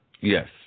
Yes